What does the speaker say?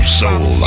soul